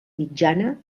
mitjana